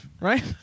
right